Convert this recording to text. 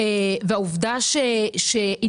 חברים,